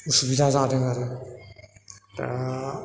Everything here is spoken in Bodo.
असुबिदा जादों आरो दा